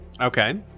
okay